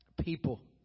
People